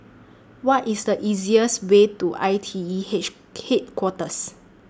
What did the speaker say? What IS The easiest Way to I T E hatch Headquarters